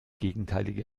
gegenteilige